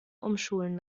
umschulen